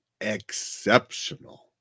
exceptional